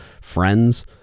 friends